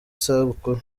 sabukuru